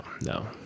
no